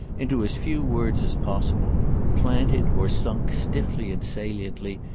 into as few words as possible planted or sunk, stiffly and saliently,